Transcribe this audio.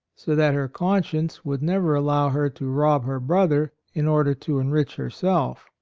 so that her conscience would never allow her to rob her brother in order to enrich herself.